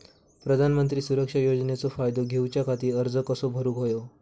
प्रधानमंत्री सुरक्षा योजनेचो फायदो घेऊच्या खाती अर्ज कसो भरुक होयो?